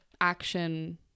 action